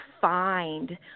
find